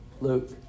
Luke